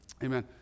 Amen